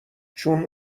چون